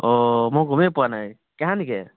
অ' মই গ'মেই পোৱা নাই কাহানিকে